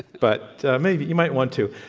but maybe. you might want to.